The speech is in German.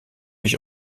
ich